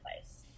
place